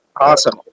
Awesome